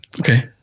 Okay